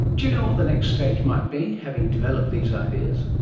do you know what the next stage might be, having developed these ideas?